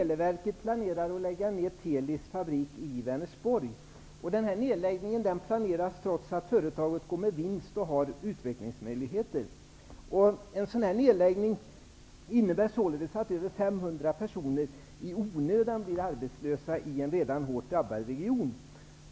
Fyrstadsregionen har drabbats oerhört hårta genom den kraftiga minskningen av arbetstillfällen inom bilindustrin. Nu planerar Televerket att lägga ner TELI:s verksamhet i Vänersborg trots att företaget går med vinst.